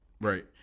Right